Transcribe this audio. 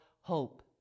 hope